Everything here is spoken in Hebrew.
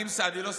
אני לא סיימתי.